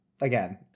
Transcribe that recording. Again